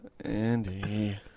Andy